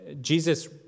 Jesus